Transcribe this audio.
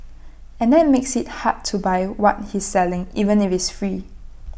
and that makes IT hard to buy what he's selling even if it's free